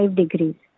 degrees